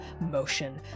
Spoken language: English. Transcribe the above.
motion